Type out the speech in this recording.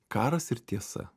karas ir tiesa